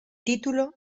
título